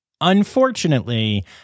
Unfortunately